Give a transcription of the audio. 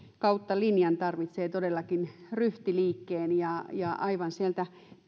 kautta linjan tarvitsee todellakin ryhtiliikkeen aivan sieltä